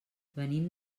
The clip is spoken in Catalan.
venim